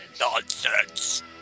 Nonsense